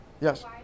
Yes